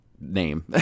name